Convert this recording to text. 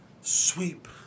Sweep